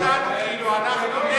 להציג אותנו כאילו אנחנו נגד,